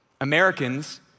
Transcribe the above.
Americans